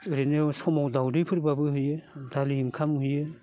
ओरैनो समाव दाउदै फोरब्लाबो होयो दालि ओंखाम हैयो